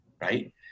Right